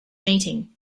meeting